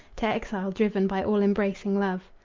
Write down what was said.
to exile driven by all-embracing love.